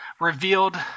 revealed